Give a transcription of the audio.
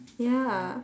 ya